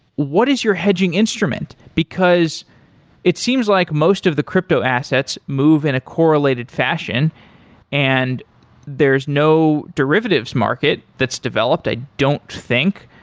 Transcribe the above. what is your hedging instrument? because it seems like most of the crypto assets move in a correlated fashion and there's no derivatives market that's developed, i don't think.